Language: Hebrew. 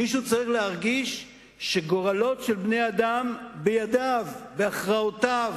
מישהו צריך להרגיש שגורלות של בני-אדם בידיו והכרעותיו.